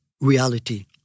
reality